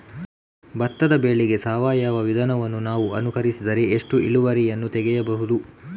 ಭತ್ತದ ಬೆಳೆಗೆ ಸಾವಯವ ವಿಧಾನವನ್ನು ನಾವು ಅನುಸರಿಸಿದರೆ ಎಷ್ಟು ಇಳುವರಿಯನ್ನು ತೆಗೆಯಬಹುದು?